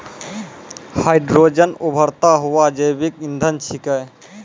hydrogen उभरता हुआ जैविक इंधन छिकै